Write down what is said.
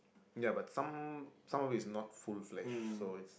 ya but some some of it is not full flesh so it's